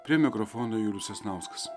prie mikrofono julius sasnauskas